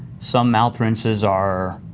some mouth rinses are